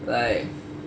I